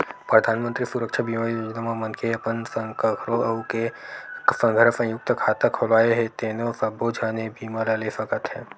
परधानमंतरी सुरक्छा बीमा योजना म मनखे अपन संग कखरो अउ के संघरा संयुक्त खाता खोलवाए हे तेनो सब्बो झन ए बीमा ल ले सकत हे